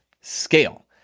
scale